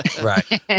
right